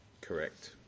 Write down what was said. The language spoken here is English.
Correct